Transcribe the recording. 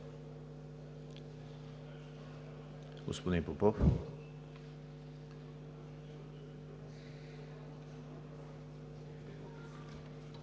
Господин Попов.